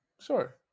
Sure